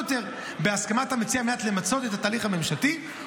של מתן השירותים לאוכלוסייה הסיעודית בישראל,